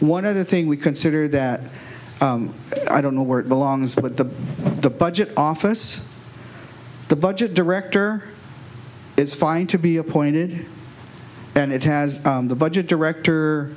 one of the thing we consider that i don't know where it belongs but the the budget office the budget director it's fine to be appointed and it has the budget director